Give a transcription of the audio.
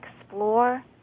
explore